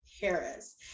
harris